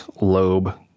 lobe